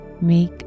make